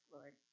Lord